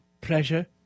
pleasure